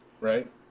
right